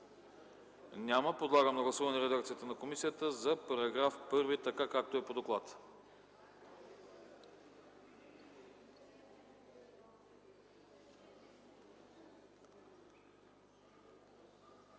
Няма. Подлагам на гласуване редакцията на комисията за § 2, както е по доклад.